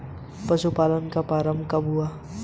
पशुपालन का प्रारंभ कब हुआ?